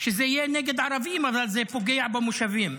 שזה יהיה נגד ערבים, אבל זה פוגע במושבים.